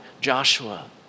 Joshua